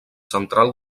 central